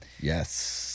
Yes